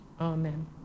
Amen